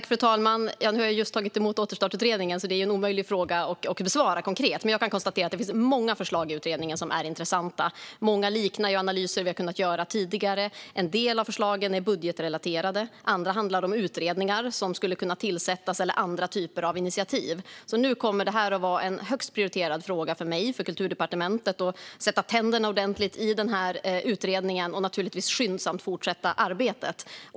Fru talman! Jag har just tagit emot Återstartsutredningen, så det är en omöjlig fråga att besvara konkret. Jag kan konstatera att det finns många förslag i utredningen som är intressanta. Många liknar analyser vi har kunnat göra tidigare. En del av förslagen är budgetrelaterade, medan andra handlar om utredningar som skulle kunna tillsättas eller andra typer av initiativ. Nu kommer det att vara en högst prioriterad fråga för mig och Kulturdepartementet att sätta tänderna ordentligt i utredningen och naturligtvis skyndsamt fortsätta arbetet.